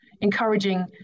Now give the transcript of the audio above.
encouraging